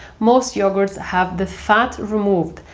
most yogurts have the fat removed,